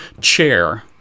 chair